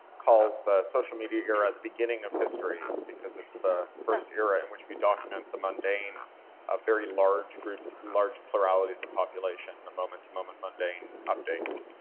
calls the social media era the beginning of history because it's the first era in which we document the mundane of very large groups, large pluralities of the population, the moment to moment mundane updates.